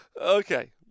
okay